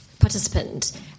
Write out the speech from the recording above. Participant